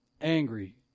angry